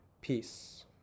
Peace